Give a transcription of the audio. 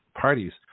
Parties